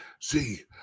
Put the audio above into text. See